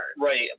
Right